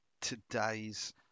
today's